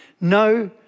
No